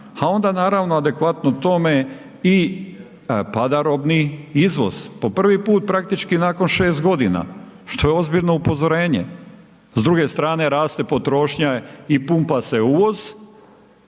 a onda naravno adekvatno tome i pada robni izvoz. Po prvi put praktički nakon 6 g. što je ozbiljno upozorenje, s druge strane raste potrošnja i pumpa se uvoz,